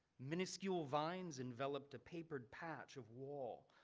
miniscule vines enveloped a papered patch of wall,